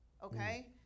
okay